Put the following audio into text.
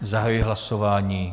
Zahajuji hlasování.